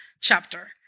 chapter